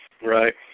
right